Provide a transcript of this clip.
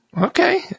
okay